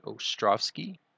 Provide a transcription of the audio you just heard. Ostrovsky